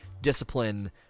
discipline